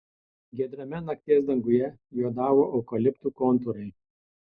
giedrame nakties danguje juodavo eukaliptų kontūrai